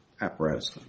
apparatus